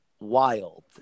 Wild